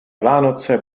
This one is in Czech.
vánoce